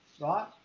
right